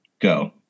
Go